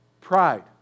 Pride